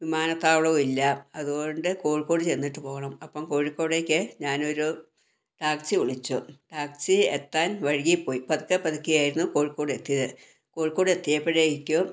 വിമാനത്താവളവുമില്ല അതുകൊണ്ട് കോഴിക്കോട് ചെന്നിട്ട് പോകണം അപ്പം കോഴിക്കോടേക്ക് ഞാൻ ഒരു ടാക്സി വിളിച്ചു ടാക്സി എത്താൻ വൈകിപ്പോയി പതുക്കെ പതുക്കെ ആയിരുന്നു കോഴിക്കോട് എത്തിയത് കോഴിക്കോട് എത്തിയപ്പഴേക്കും